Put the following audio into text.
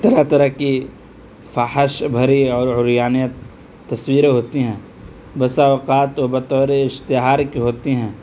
طرح طرح کی فحش بھری اور عریانیت تصویریں ہوتی ہیں بسا اوقات وہ بطور اشتہار کے ہوتی ہیں